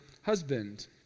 husband